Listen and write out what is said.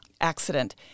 accident